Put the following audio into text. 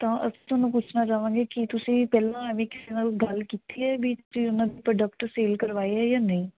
ਤਾਂ ਅਸੀਂ ਤੁਹਾਨੂੰ ਪੁੱਛਣਾ ਚਾਹਵਾਂਗੇ ਕਿ ਤੁਸੀਂ ਪਹਿਲਾਂ ਵੀ ਕਿਸੇ ਨਾਲ ਗੱਲ ਕੀਤੀ ਹੈ ਵੀ ਤੁਸੀਂ ਉਹਨਾਂ ਦੇ ਪ੍ਰੋਡਕਟ ਸੇਲ ਕਰਵਾਏ ਹੈ ਜਾਂ ਨਹੀਂ